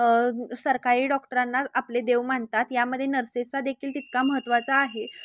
सरकारी डॉक्टरांना आपले देव मानतात यामध्ये नर्सेसचा देखील तितका महत्त्वाचा आहे